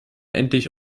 endlich